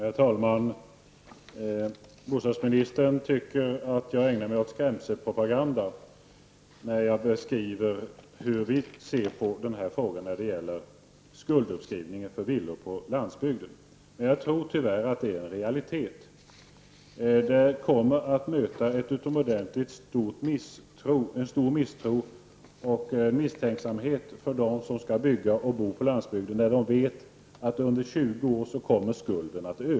Herr talman! Bostadsministern tycker att jag ägnar mig åt skrämselpropaganda när jag beskriver hur vi ser på frågan om skulduppskrivningen för villor på landsbygden. Jag tror tyvärr att det är en realitet. Det kommer att mötas av utomordentligt stor misstro och misstänksamhet av dem som skall bygga och bo på landsbygden, eftersom de vet att skulden kommer att öka under 20 år.